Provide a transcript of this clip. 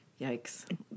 Yikes